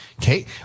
Okay